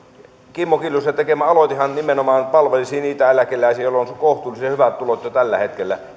kimmo kiljusen tekemä aloitehan nimenomaan palvelisi niitä eläkeläisiä joilla on kohtuullisen hyvät tulot jo tällä hetkellä